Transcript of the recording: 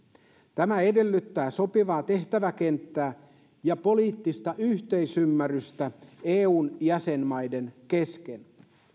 tämä edellyttää sopivaa tehtäväkenttää ja poliittista yhteisymmärrystä eun jäsenmaiden kesken